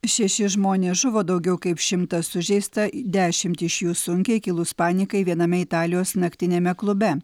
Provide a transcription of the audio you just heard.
šeši žmonės žuvo daugiau kaip šimtas sužeista dešimt iš jų sunkiai kilus panikai viename italijos naktiniame klube